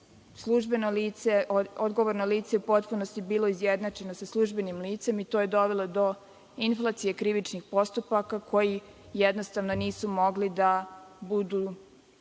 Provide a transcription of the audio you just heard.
odnosno odgovorno lice u potpunosti bilo izjednačeno sa službenim licem i to je dovelo do inflacije krivičnih postupaka i jednostavno nismo mogli da